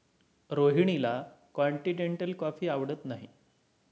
रोहिणीला continental coffee आवडत नाही